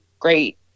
great